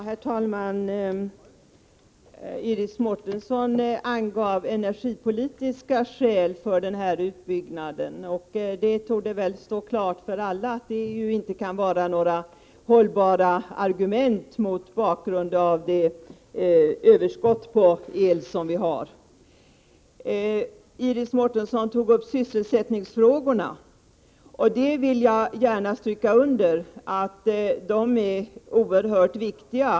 Herr talman! Iris Mårtensson angav energipolitiska skäl för utbyggnaden. Det torde väl stå klart för alla att det inte kan vara något hållbart argument mot bakgrund av vårt överskott på el. Vad Iris Mårtensson sade om sysselsättningsfrågorna vill jag däremot stryka under. De är oerhört viktiga.